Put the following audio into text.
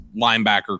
linebacker